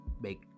make